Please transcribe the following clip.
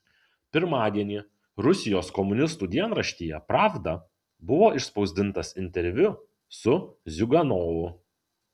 pirmadienį rusijos komunistų dienraštyje pravda buvo išspausdintas interviu su ziuganovu